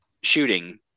shooting